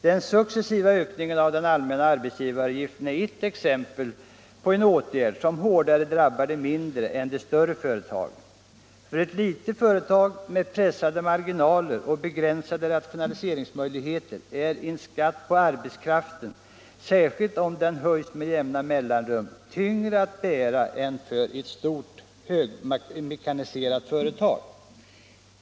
Den successiva ökningen av den allmänna arbetsgivaravgiften är er exempel på sådana åtgärder som hårdare drabbar de mindre än de större företagen. För ett litet företag med pressade marginaler och begränsade rationaliseringsmöjligheter är en skatt på arbetskraften, särskilt om den höjs med jämna mellanrum, tyngre att bära än för ett stort, högmekaniserat företag.